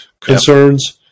concerns